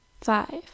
five